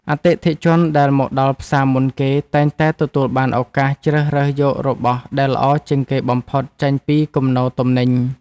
អតិថិជនដែលមកដល់ផ្សារមុនគេតែងតែទទួលបានឱកាសជ្រើសរើសយករបស់ដែលល្អជាងគេបំផុតចេញពីគំនរទំនិញ។